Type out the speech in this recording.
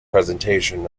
presentation